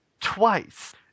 twice